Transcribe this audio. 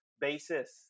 basis